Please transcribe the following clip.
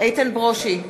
איתן ברושי,